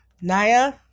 naya